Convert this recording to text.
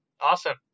Awesome